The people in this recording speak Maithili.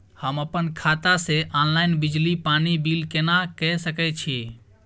हम अपन खाता से ऑनलाइन बिजली पानी बिल केना के सकै छी?